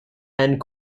and